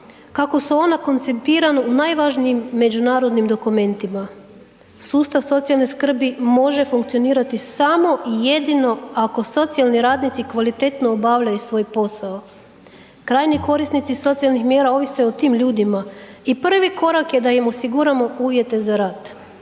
kako su ona konceptira u najvažnijim međunarodnim dokumentima. Sustav socijalne skrbi može funkcionirati samo i jedino ako socijalni radnici kvalitetno obavljaju svoj posao. Krajnji korisnici socijalnih mjera ovise o tim ljudima i prvi korak je da im osiguramo uvjete za rad.